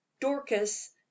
Dorcas